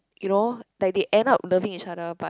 you know like they end up loving each other but